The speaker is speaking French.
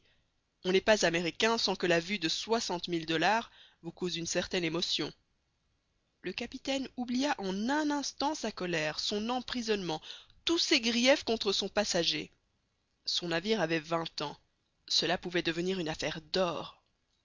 on n'est pas américain sans que la vue de soixante mille dollars vous cause une certaine émotion le capitaine oublia en un instant sa colère son emprisonnement tous ses griefs contre son passager son navire avait vingt ans cela pouvait devenir une affaire d'or